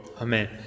Amen